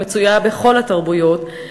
המצויה בכל התרבויות,